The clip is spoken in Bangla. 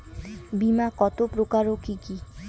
বীমা কত প্রকার ও কি কি?